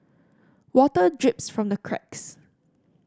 water drips from the cracks